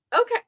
Okay